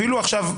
אפילו עכשיו,